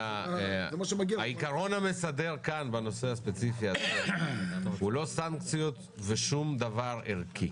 שהעיקרון המסדר בנושא הספציפי הזה הוא לא סנקציות ושום דבר ערכי.